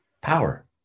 Power